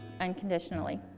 unconditionally